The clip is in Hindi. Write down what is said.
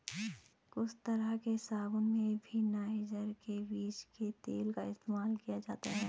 कुछ तरह के साबून में भी नाइजर के बीज के तेल का इस्तेमाल किया जाता है